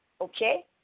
okay